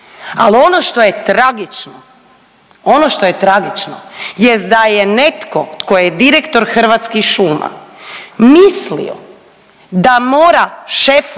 ali ono što je tragično, ono što je tragično jest da je netko tko je direktor Hrvatskih šuma mislio da mora šefa